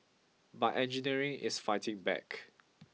but engineering is fighting back